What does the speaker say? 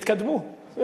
התקדמו.